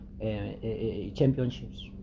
championships